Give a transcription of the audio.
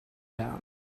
down